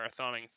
marathoning